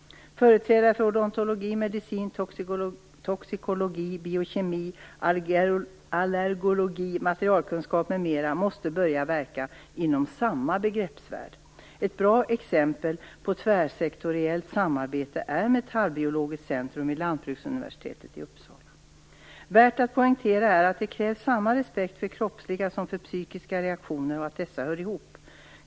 Företrädare för medicin, odontologi, toxikologi, biokemi, allergologi, materialkunskap m.m. måste börja verka inom samma begreppsvärld. Ett bra exempel på tvärsektoriellt samarbete är Metallbiologiskt centrum vid Lantbruksuniversitetet i Uppsala. Värt att poängtera är att det krävs samma respekt för kroppsliga som psykiska reaktioner och att dessa hör ihop.